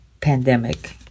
pandemic